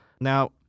Now